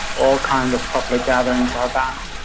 all kinds of public gatherings are banned.